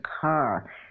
car